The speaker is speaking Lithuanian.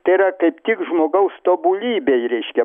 tai yra kaip tik žmogaus tobulybei reiškia